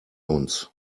uns